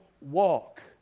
walk